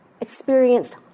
experienced